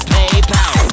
PayPal